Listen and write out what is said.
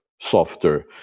softer